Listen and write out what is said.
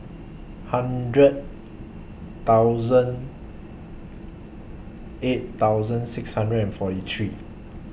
hundred thousand eight thousand six hundred and forty three